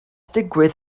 digwydd